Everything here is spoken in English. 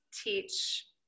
teach